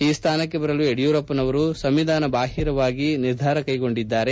ಈ ಸ್ಥಾನಕ್ಕೆ ಬರಲು ಯಡಿಯೂರಪ್ಪನವರು ಸಂವಿಧಾನ ಬಾಹಿರವಾಗಿ ನಿರ್ಧಾರ ಕೈಗೊಂಡಿದ್ದಾರೆ